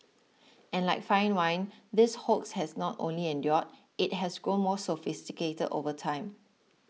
and like fine wine this hoax has not only endured it has grown more sophisticated over time